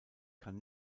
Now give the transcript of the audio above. kann